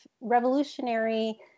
revolutionary